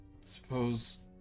Suppose